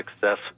success